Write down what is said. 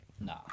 Nah